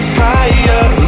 higher